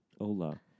Hola